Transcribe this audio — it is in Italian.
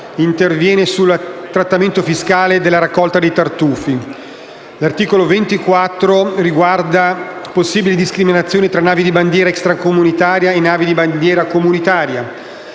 interviene sul trattamento fiscale della raccolta dei tartufi. L'articolo 24 riguarda possibili discriminazioni tra navi di bandiera extracomunitaria e navi di bandiera comunitaria.